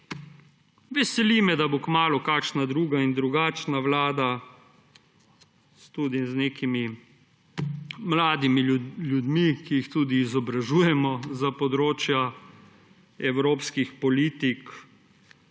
Veseli me, da bo kmalu kakšna druga in drugačna vlada, tudi z nekimi mladimi ljudmi, ki jih izobražujemo za področja evropskih politik,